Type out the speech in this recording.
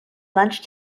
lunch